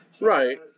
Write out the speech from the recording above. Right